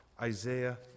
Isaiah